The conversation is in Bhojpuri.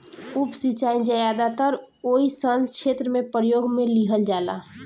उप सिंचाई ज्यादातर ओइ सन क्षेत्र में प्रयोग में लिहल जाला